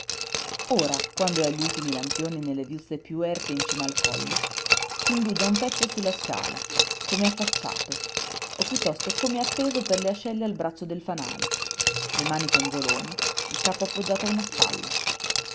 ora quando è agli ultimi lampioni nelle viuzze piú erte in cima al colle s'indugia un pezzo su la scala come affacciato o piuttosto come appeso per le ascelle al braccio del fanale le mani penzoloni il capo appoggiato a una spalla